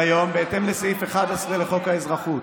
כיום, בהתאם לסעיף 11 לחוק האזרחות